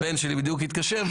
הבן שלי בדיוק התקשר.